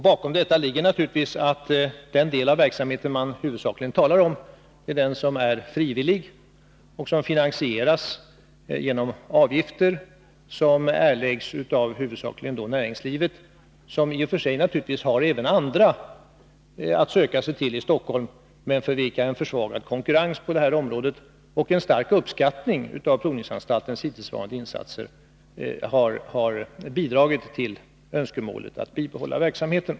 Bakom detta ligger naturligtvis att den del av verksamheten man huvudsakligen talar om är den som är frivillig och som finansieras genom avgifter som huvudsakligen erläggs av näringslivet. I och för sig har de även andra att söka sig till i Stockholm, men en försvagad konkurrens på området och en stark uppskattning av provningsanstaltens hittillsvarande insatser har bidragit till önskemålet att bibehålla verksamheten.